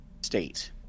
state